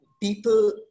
people